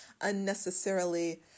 unnecessarily